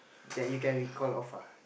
that you can recall of ah